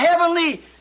heavenly